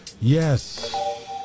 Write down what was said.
yes